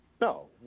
No